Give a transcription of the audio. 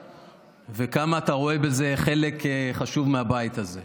וכמה אתה רואה בזה חלק חשוב מהבית הזה.